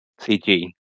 CG